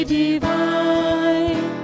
divine